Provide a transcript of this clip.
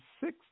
six